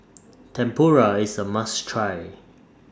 Tempura IS A must Try